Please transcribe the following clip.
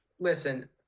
Listen